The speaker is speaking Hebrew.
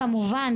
כמובן.